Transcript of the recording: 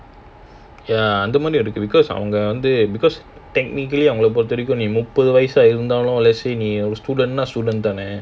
ya அவங்க வந்து:awanga wanthu because அவங்க வந்து:awanga wanthu because technically நீ முப்பது வயசா இருந்தாலும்:nee muppathu wayasaa irunthaalum student தானே:thane